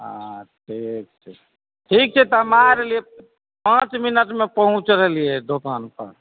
हँ ठीक छै ठीक छै तऽ आ रहलियै पाँच मिनटमे पहुँच रहलियै दोकानपर